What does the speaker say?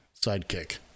sidekick